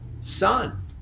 son